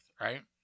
right